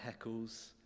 heckles